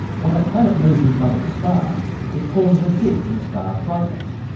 when a planet moves in front of a star it causes a dip in a star's brightness,